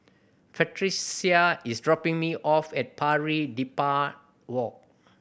Frederica is dropping me off at Pari Dedap Walk